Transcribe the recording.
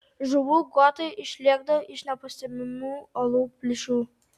žuvų guotai išlėkdavo iš nepastebimų uolų plyšių